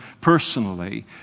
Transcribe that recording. personally